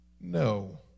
No